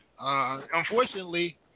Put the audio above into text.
Unfortunately